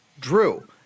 Drew